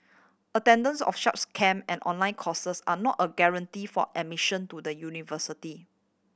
attendance of such camp and online courses are not a guarantee for admission to the university